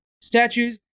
statues